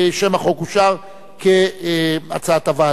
שם החוק אושר כהצעת הוועדה.